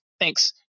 Thanks